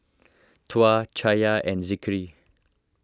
Tuah Cahaya and Zikri